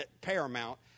paramount